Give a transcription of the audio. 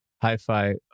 hi-fi